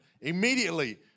Immediately